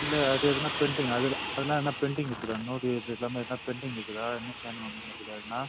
இல்லை அது எதுனால் பெண்டிங் அதில் அதில்லாம் எதனா பெண்டிங் இருக்குதா நோ டியூ இருக்கிறது இல்லாமல் எதனா பெண்டிங் இருக்குதா இன்னும் சைன் வாங்காமல் இருக்குதா எதனா